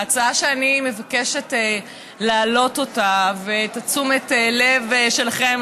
ההצעה שאני מבקשת להעלותף ואת תשומת הלב שלכם,